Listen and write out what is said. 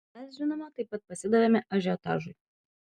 mes žinoma taip pat pasidavėme ažiotažui